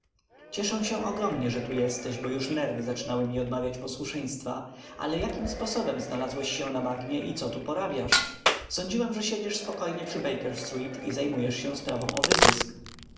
cieszę się ogromnie że tu jesteś bo już nerwy zaczynały mi odmawiać posłuszeństwa ale jakim sposobem znalazłeś się na bagnie i co tu porabiasz sądziłem że siedzisz spokojnie przy baker street i zajmujesz się sprawą o